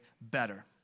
better